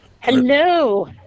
Hello